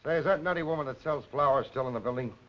is that nutty woman that sells flowers still in the building?